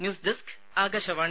news desk Akashvani